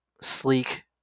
sleek